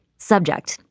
subject.